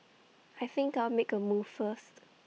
I think I'll make A move first